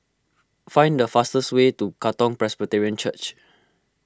find the fastest way to Katong Presbyterian Church